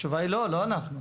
לא, התשובה היא לא, לא אנחנו.